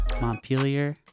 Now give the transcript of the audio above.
Montpelier